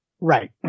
Right